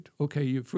okay